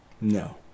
No